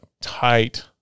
tight